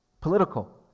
political